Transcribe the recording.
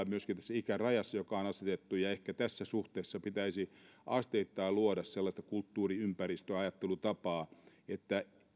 myöskin tässä ikärajassa joka on asetettu on liikkumatilaa ja ehkä tässä suhteessa pitäisi asteittain luoda sellaista kulttuuriympäristöä ja ajattelutapaa että